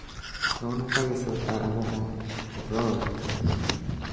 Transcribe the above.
ᱱᱚᱜᱼᱚᱸᱭ ᱱᱚᱝᱠᱟ ᱜᱮ ᱥᱚᱨᱠᱟᱨ ᱟᱵᱚ ᱦᱚᱸ ᱜᱚᱲᱚ ᱟᱵᱚ ᱠᱟᱱ ᱜᱮᱭᱟᱭ